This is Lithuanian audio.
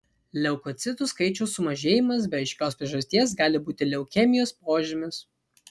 leukocitų skaičiaus sumažėjimas be aiškios priežasties gali būti leukemijos požymis